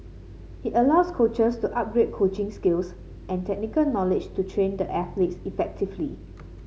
it allows coaches to upgrade coaching skills and technical knowledge to train the athletes effectively